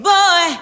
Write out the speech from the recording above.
Boy